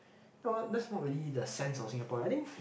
well that's not really the sense of Singapore I think